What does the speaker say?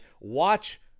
watch